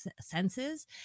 senses